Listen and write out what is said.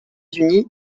unis